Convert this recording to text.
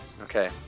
Okay